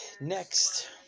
Next